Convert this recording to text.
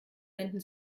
wenden